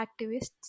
activists